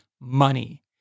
money